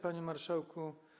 Panie Marszałku!